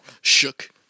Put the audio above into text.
Shook